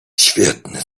świetny